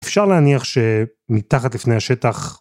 אפשר להניח שמתחת לפני השטח.